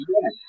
Yes